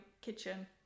kitchen